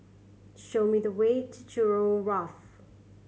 show me the way to Jurong Wharf